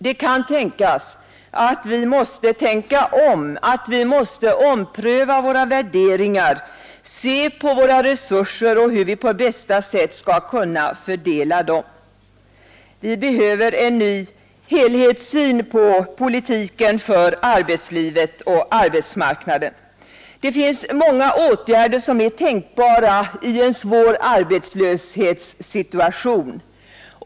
Det är möjligt att vi måste tänka om, att vi måste ompröva våra värderingar, se på hur vi på bästa sätt skall kunna fördela våra resurser. Vi behöver en ny helhetssyn på politiken för arbetslivet och arbetsmarknaden. Det finns många åtgärder som är tänkbara i en svår arbetslöshetssituation.